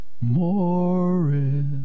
Morris